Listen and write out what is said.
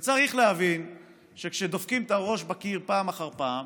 וצריך להבין שכשדופקים את הראש בקיר פעם אחר פעם